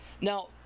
Now